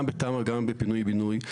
גם בתמ"א וגם בפינוי בינוי,